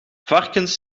varkens